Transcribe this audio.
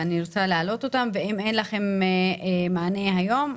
אני רוצה להעלות אותן ואם אין לכם מענה היום,